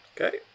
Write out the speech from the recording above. Okay